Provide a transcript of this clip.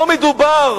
לא מדובר